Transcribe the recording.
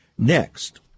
Next